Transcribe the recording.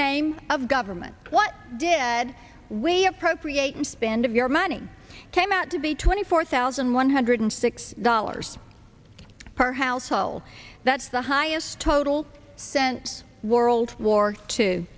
name of government what did weigh appropriate and spend of your money came out to be twenty four thousand one hundred six dollars per household that's the highest total sense world war